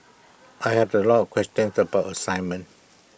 I had A lot of questions about assignment